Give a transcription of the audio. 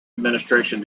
administration